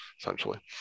essentially